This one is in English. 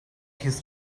his